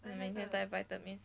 那你会带 vitamins